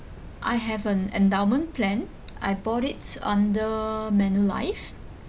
I have an endowment plan I bought it under manulife